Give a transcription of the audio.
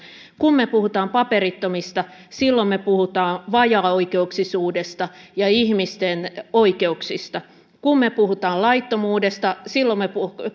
kun me puhumme paperittomista silloin me puhumme vajaaoikeuksisuudesta ja ihmisten oikeuksista kun me puhumme laittomuudesta silloin me puhumme